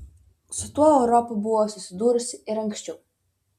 su tuo europa buvo susidūrusi ir anksčiau